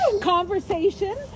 conversation